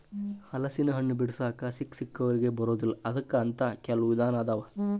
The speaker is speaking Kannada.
ಹಲಸಿನಹಣ್ಣ ಬಿಡಿಸಾಕ ಸಿಕ್ಕಸಿಕ್ಕವರಿಗೆ ಬರುದಿಲ್ಲಾ ಅದಕ್ಕ ಅಂತ ಕೆಲ್ವ ವಿಧಾನ ಅದಾವ